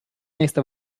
nächste